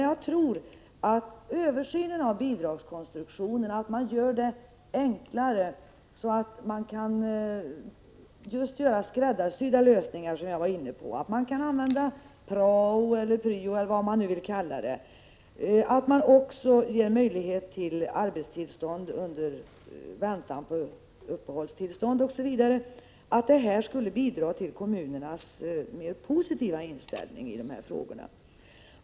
Jag tror att en översyn av bidragskonstruktionen — så att den blir enklare, så att man kan få skräddarsydda lösningar, vilket jag var inne på, så att man kan använda prao eller pryo, eller vad man nu vill kalla det, och så att det ges möjlighet till arbetstillstånd under väntan på uppehållstillstånd — skulle bidra till att kommunerna fick en mer positiv inställning i dessa frågor.